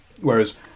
Whereas